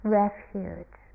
refuge